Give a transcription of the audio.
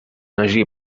hagi